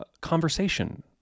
conversation